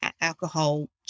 alcohol